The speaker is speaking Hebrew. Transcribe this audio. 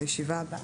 לישיבה הבאה,